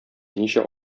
ничә